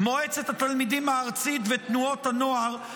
מועצת התלמידים הארצית ותנועות הנוער.